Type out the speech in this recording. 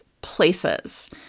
places